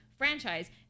franchise